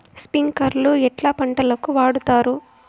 స్ప్రింక్లర్లు ఎట్లా పంటలకు వాడుతారు?